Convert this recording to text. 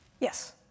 Yes